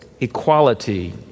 equality